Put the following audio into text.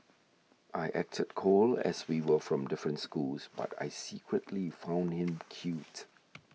I acted cold as we were from different schools but I secretly found him cute